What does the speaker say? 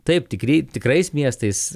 taip tikri tikrais miestais